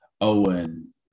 Owen